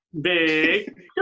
big